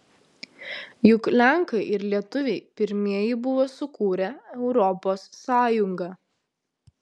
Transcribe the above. juk lenkai ir lietuviai pirmieji buvo sukūrę europos sąjungą